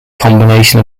combination